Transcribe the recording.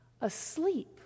Asleep